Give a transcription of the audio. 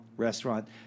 restaurant